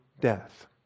death